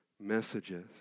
Messages